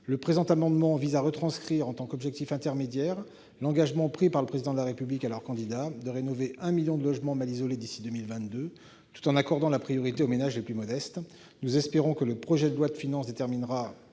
Le présent amendement vise à retranscrire en tant qu'objectif intermédiaire l'engagement pris par le candidat à l'élection présidentielle Emmanuel Macron de rénover un million de logements mal isolés d'ici à 2022, en accordant la priorité aux ménages les plus modestes. Nous espérons que le projet de loi de finances donnera